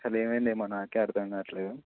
అది ఏమైందో నాకే అర్థం కావట్లేదు